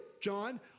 John